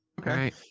okay